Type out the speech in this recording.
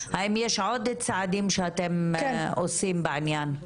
האם יש עוד צעדים שאתם עושים בעניין?